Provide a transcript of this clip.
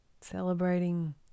celebrating